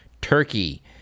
Turkey